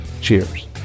Cheers